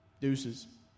deuces